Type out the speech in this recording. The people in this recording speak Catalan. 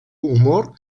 humor